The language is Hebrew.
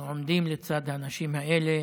אנחנו עומדים לצד האנשים האלה.